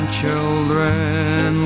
children